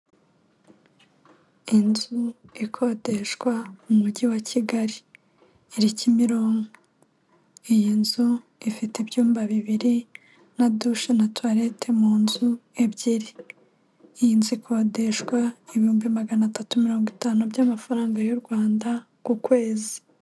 Inzu ikodeshwa mu mujyi wa Kigali. Iri Kimironko. Iyi nzu ifite ibyumba bibiri na dushe na tuwarete mu nzu ebyiri. Iyi inzu, ikodeshwa ibihumbi magana atatu mirongo itanu, by'amafaranga y'u Rwanda ku kwezi.